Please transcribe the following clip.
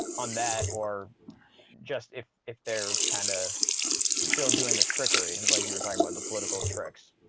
on that or just if if they're kind of still doing the trickery like you were talking about the political tricks